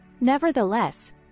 Nevertheless